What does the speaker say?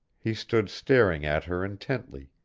he stood staring at her intently,